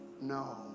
No